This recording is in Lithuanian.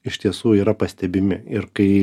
iš tiesų yra pastebimi ir kai